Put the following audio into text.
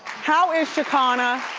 how is shekinah,